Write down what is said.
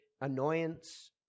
annoyance